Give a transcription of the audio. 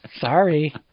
sorry